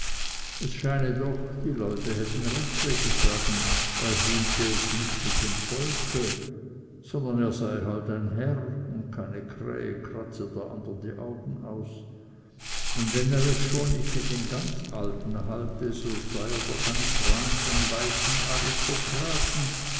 es scheine doch die leute hätten recht welche sagen er hielte es nicht mit dem volke sondern er sei halt ein herr und keine krähe kratze der andern die augen aus und wenn er es schon nicht mit den ganz alten halte so sei er doch ein freund von weißen aristokraten